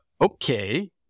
okay